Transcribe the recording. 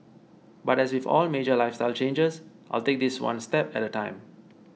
but as if all major lifestyle changes I'll take this one step at a time